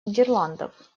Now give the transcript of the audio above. нидерландов